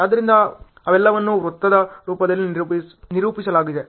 ಆದ್ದರಿಂದ ಅವೆಲ್ಲವನ್ನೂ ವೃತ್ತದ ರೂಪದಲ್ಲಿ ನಿರೂಪಿಸಲಾಗಿದೆ